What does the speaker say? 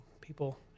people